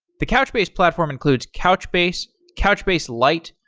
the couchbase platform includes couchbase, couchbase lite,